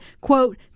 quote